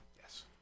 Yes